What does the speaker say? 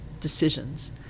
decisions